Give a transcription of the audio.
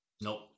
Nope